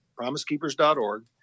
promisekeepers.org